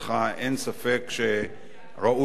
וטוב שנטלת את רשות הדיבור ומסרת הבהרה.